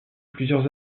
plusieurs